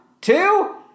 two